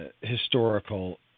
historical